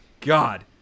God